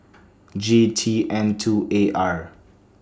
G T N two A R